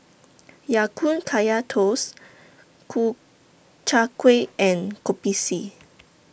Ya Kun Kaya Toast Ku Chai Kuih and Kopi C